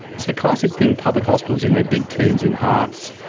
it's the classic thing public hospitals and their big teams in hearts,